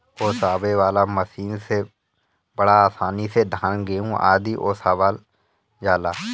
ओसावे वाला मशीन से बड़ा आसानी से धान, गेंहू आदि ओसावल जाला